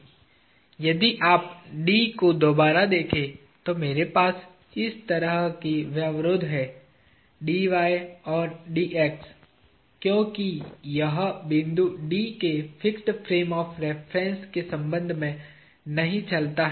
यदि आप D को दोबारा देखें तो मेरे पास इस तरह की व्यवरोध है और क्योंकि यह बिंदु D के फिक्स्ड फ्रेम ऑफ़ रेफरेन्स के सम्बन्ध में नहीं चलता है